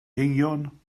eingion